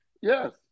Yes